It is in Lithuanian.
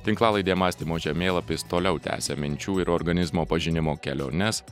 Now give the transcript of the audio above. tinklalaidė mąstymo žemėlapis toliau tęsia minčių ir organizmo pažinimo keliones